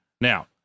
Now